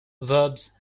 verbs